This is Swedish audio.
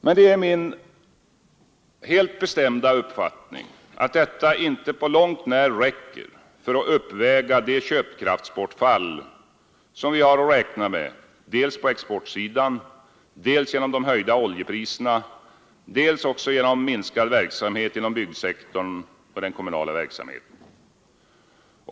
Men det är min helt bestämda uppfattning att detta inte på långt när räcker för att uppväga det köpkraftsbortfall som vi har att räkna med dels på exportsidan, dels genom de höjda oljepriserna, dels ock genom 11 minskad verksam het inom byggsektorn och det kommunala området.